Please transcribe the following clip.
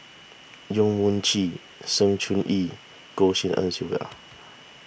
Yong Mun Chee Sng Choon Yee and Goh Tshin En Sylvia